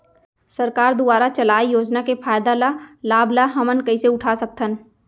सरकार दुवारा चलाये योजना के फायदा ल लाभ ल हमन कइसे उठा सकथन?